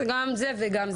זה גם זה וגם זה.